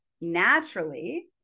naturally